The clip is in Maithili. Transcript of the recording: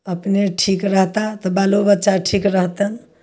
अपने ठीक रहताह तऽ बालो बच्चा ठीक रहतनि